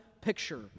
picture